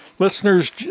Listeners